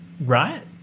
right